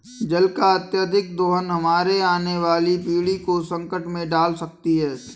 जल का अत्यधिक दोहन हमारे आने वाली पीढ़ी को संकट में डाल सकती है